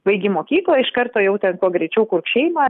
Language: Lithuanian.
baigi mokyklą iš karto jau ten kuo greičiau kurk šeimą